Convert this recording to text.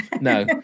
no